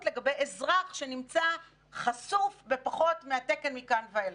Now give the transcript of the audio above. לגבי אזרח שנמצא חשוף בפחות מהתקן מכאן ואילך.